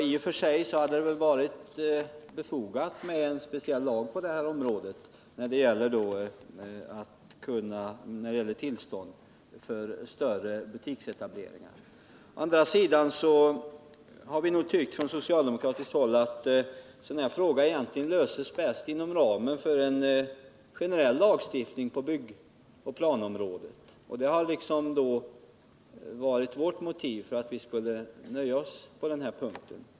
I och för sig hade det varit befogat med en speciell lag när det gäller tillstånd för större butiksetableringar. Å andra sidan har vi från socialdemokratiskt håll ansett att en sådan här fråga egentligen löses bäst inom ramen för en generell lagstiftning på planområdet. Det har varit vårt motiv för att nöja oss med utskottets skrivning på den här punkten.